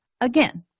Again